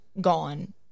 gone